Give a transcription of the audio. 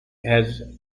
has